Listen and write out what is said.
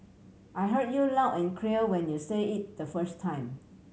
I heard you loud and clear when you said it the first time